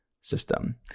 system